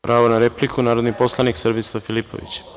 Pravo na repliku, narodni poslanik Srbislav Filipović.